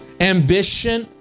ambition